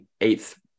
eighth